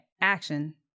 action